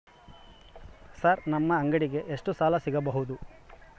Sir ನಮ್ಮ ಅಂಗಡಿಗೆ ಎಷ್ಟು ಸಾಲ ಸಿಗಬಹುದು?